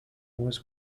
was